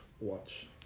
watch